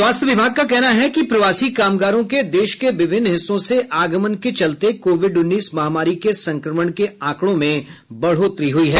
स्वास्थ्य विभाग का कहना है कि प्रवासी कामगारों के देश के विभिन्न हिस्सों से आगमन के चलते कोविड उन्नीस महामारी के संक्रमण के आंकड़ों में बढ़ोतरी हुई है